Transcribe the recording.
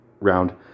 round